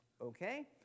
Okay